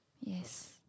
Yes